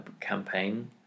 campaign